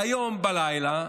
והיום בלילה,